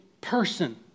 person